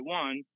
one